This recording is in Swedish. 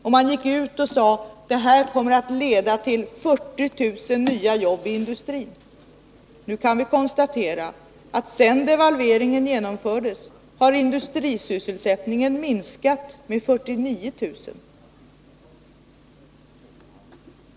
Den gick då ut och sade: Detta kommer att leda till 40 000 nya jobb i industrin. Nu kan vi konstatera att industrisysselsättningen sedan devalveringen genomfördes har minskat med 49 000 anställda.